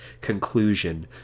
conclusion